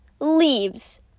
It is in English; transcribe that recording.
leaves